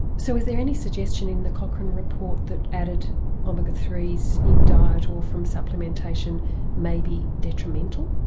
so was there any suggestion in the cochrane report that added omega three so in diet or from supplementation maybe detrimental?